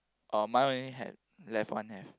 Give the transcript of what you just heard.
oh my only have left one have